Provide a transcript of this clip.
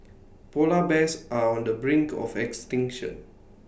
Polar Bears are on the brink of extinction